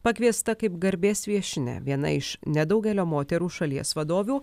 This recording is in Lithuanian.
pakviesta kaip garbės viešnia viena iš nedaugelio moterų šalies vadovių